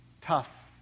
tough